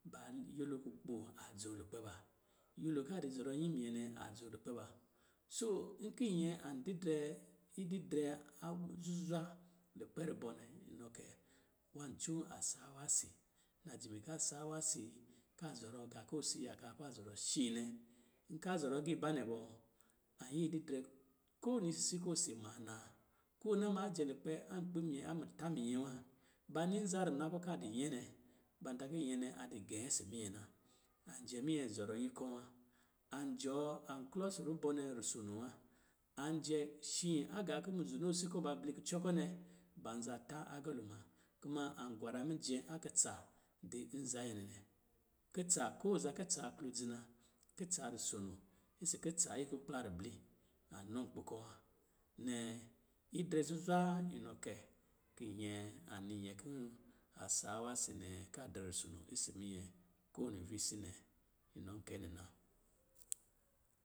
nyɛlo kukpa a dzoo lukpɛ ba. Nyɛlo ka di zɔrɔ nyi minyɛ nɛ a dzoo lukpɛ ba. Soo nki nyɛ an didrɛ, idirɛ a zuzwa lukpɛ rubɔ nɛ, nɔ kɛi nwá coo, a sauwa si. Najimi ka saawa si, ka zɔrɔ ga kɔ̄ si yakaa ka zɔrɔ shii nɛ. Nka zɔrɔ agii banɛ bɔ, anyi didrɛ ko wini sisi kɔ̄ osi maa naa. Ko a na maa jɛ lukpɛ ankpi minyɛ a mutá minyɛ wa, ba ni nza rina ká ka di yɛ nɛ, ban ta kɔ̄ nyɛ nɛ a di gɛ isi minyɛ na. An jɛ minyɛ zɔrɔ nyi kɔ̄ wa. An jɔɔ an klɔ nsi rubɔ nɛ rusono wa. Anjɛ shi agá ká muzonoosi kɔ ba bli kucɔ kɔ̄ nɛ, ban za ta agalo ma. Kuma an gwara mijɛ a kutsa di nza nyɛ nɛ nɛ. Kutsa, ko za kutsa aklodzi na, kutsa rusono, isi kutsa a ikukpla ribli, anɔ nkpi kɔ̄ wa. Nnɛ, idrɛ zuzwa inɔ kɛ, ki nyɛ ani nyɛ kɔ̄ a saawa si nɛ ka drɛ rusono isi minyɛ ko wini visii nɛ, inɔ kɛ nɛ na.